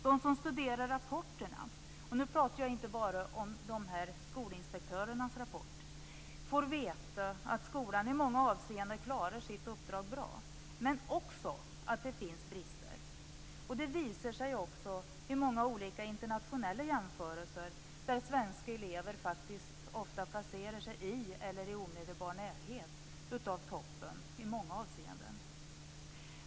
De som studerar rapporterna, och nu talar jag inte bara om dessa skolinspektörers rapporter, får veta att skolan i många avseenden klarar sitt uppdrag bra men också att det finns brister. Det visar sig också vid många olika internationella jämförelser där svenska elever faktiskt ofta placerar sig i eller i omedelbar närhet av toppen i många avseenden.